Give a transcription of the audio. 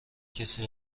کسی